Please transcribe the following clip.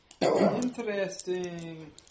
Interesting